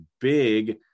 big